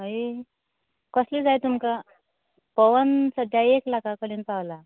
हय कसलें जाय तुमकां पोवन सद्याक एक लाखां कडेन पावलां